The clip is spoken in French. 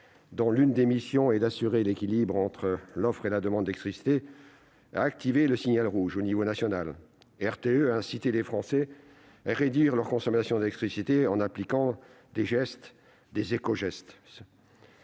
dont l'une des missions est d'assurer l'équilibre entre l'offre et la demande d'électricité, a activé « le signal rouge » au niveau national. RTE a incité les Français « à réduire leur consommation d'électricité en appliquant des éco-gestes